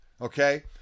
okay